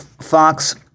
Fox